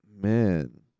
man